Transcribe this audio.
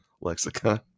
lexicon